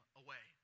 away